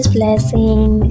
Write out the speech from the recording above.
blessing